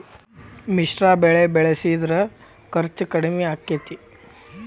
ಮಿಶ್ರ ಬೆಳಿ ಬೆಳಿಸಿದ್ರ ಖರ್ಚು ಕಡಮಿ ಆಕ್ಕೆತಿ?